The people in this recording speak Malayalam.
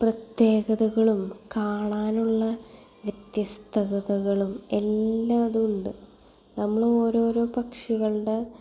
പ്രത്യേകതകളും കാണാനുള്ള വ്യത്യസ്ഥതകളും എല്ലാതുണ്ട് നമ്മൾ ഓരോരോ പക്ഷികളുടെ